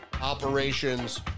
operations